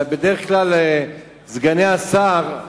בדרך כלל סגני השר,